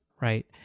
right